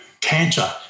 cancer